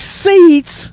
seats